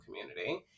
community